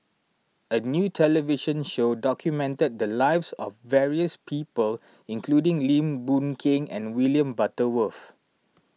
a new television show documented the lives of various people including Lim Boon Keng and William Butterworth